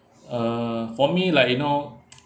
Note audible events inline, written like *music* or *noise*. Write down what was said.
uh for me like you know *noise*